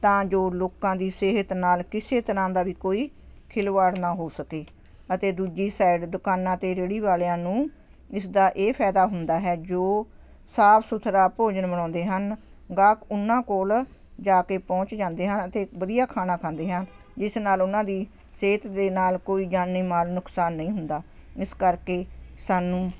ਤਾਂ ਜੋ ਲੋਕਾਂ ਦੀ ਸਿਹਤ ਨਾਲ ਕਿਸੇ ਤਰ੍ਹਾਂ ਦਾ ਵੀ ਕੋਈ ਖਿਲਵਾੜ ਨਾ ਹੋ ਸਕੇ ਅਤੇ ਦੂਜੀ ਸਾਈਡ ਦੁਕਾਨਾਂ ਅਤੇ ਰੇਹੜੀ ਵਾਲਿਆਂ ਨੂੰ ਇਸਦਾ ਇਹ ਫਾਇਦਾ ਹੁੰਦਾ ਹੈ ਜੋ ਸਾਫ਼ ਸੁਥਰਾ ਭੋਜਨ ਬਣਾਉਂਦੇ ਹਨ ਗਾਹਕ ਉਹਨਾਂ ਕੋਲ ਜਾ ਕੇ ਪਹੁੰਚ ਜਾਂਦੇ ਹਾਂ ਅਤੇ ਵਧੀਆ ਖਾਣਾ ਖਾਂਦੇ ਹਾਂ ਜਿਸ ਨਾਲ ਉਹਨਾਂ ਦੀ ਸਿਹਤ ਦੇ ਨਾਲ ਕੋਈ ਜਾਨੀ ਮਾਲ ਨੁਕਸਾਨ ਨਹੀਂ ਹੁੰਦਾ ਇਸ ਕਰਕੇ ਸਾਨੂੰ